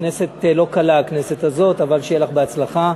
כנסת לא קלה הכנסת הזאת, אבל שיהיה לך בהצלחה.